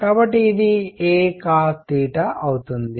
కాబట్టి ఇది a cos అవుతుంది